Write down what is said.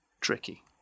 tricky